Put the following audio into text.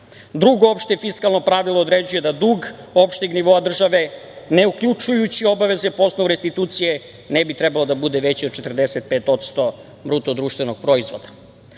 Drugo opšte fiskalno pravilo određuje da dug opšteg nivoa države, ne uključujući obaveze po osnovu restitucije, ne bi trebalo da bude veći od 45% BDP-a. Prepoznajući